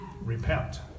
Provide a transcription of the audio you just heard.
repent